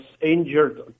injured